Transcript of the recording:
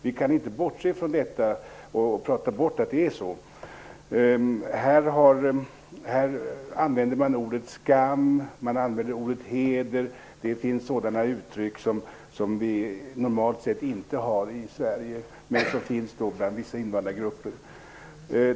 Vi kan inte bortse från det och säga att det inte är så. Man använder orden "skam" och "heder". Det är uttryck som normalt inte används i Sverige, men de används av vissa invandrargrupper.